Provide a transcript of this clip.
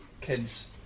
kids